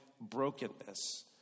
brokenness